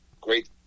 great